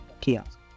kiosk